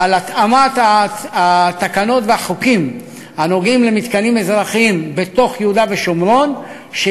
על התאמת התקנות והחוקים הנוגעים למתקנים אזרחיים בתוך יהודה ושומרון,